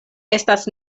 estas